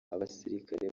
abasirikare